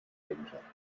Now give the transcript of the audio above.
eigenschaften